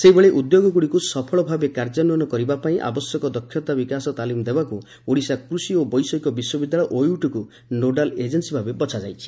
ସେହିଭଳି ଉଦ୍ୟୋଗୁଡ଼ିକୁ ସଫଳ ଭାବେ କାର୍ଯ୍ୟାନ୍ୱୟନ କରିବା ପାଇଁ ଆବଶ୍ୟକ ଦକ୍ଷତା ବିକାଶ ତାଲିମ ଦେବାକୁ ଓଡ଼ିଶା କୁଷି ଓ ବୈଷୟିକ ବିଶ୍ୱବିଦ୍ୟାଳୟ ଓୟୁଏଟିକୁ ନୋଡାଲ୍ ଏଜେନ୍କି ଭାବେ ବଛାଯାଇଛି